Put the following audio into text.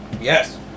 Yes